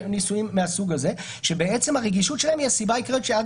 היבטים מהסוג הזה שבעצם הרגישות שלהם היא הסיבה העיקרית שעד